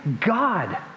God